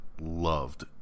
Loved